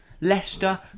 Leicester